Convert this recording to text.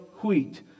wheat